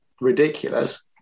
ridiculous